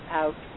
out